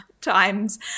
times